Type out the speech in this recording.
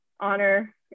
honor